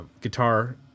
guitar